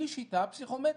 היא שיטה פסיכומטרית,